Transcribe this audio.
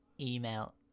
email